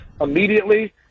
immediately